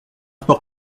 sport